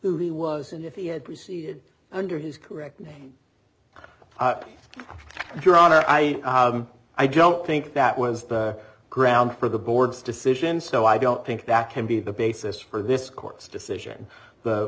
he was and if he had proceeded under his correct your honor i i don't think that was the ground for the board's decision so i don't think that can be the basis for this court's decision the